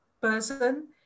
person